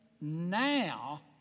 now